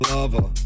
Lover